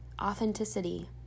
authenticity